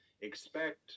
expect